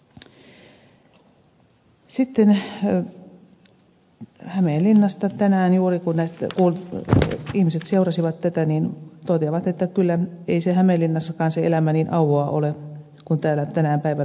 sitten hämeenlinnasta tänään juuri kun ihmiset seurasivat tätä keskustelua he toteavat että ei hämeenlinnassakaan se elämä niin auvoa ole kuin täällä tänään päivällä kuultiin